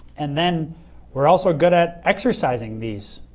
and then we're also good at exercising these